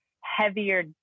heavier